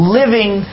living